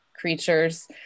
creatures